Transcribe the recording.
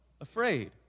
Afraid